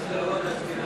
חברי הכנסת, נא לשבת.